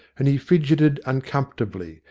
and he fidgeted uncomfortably,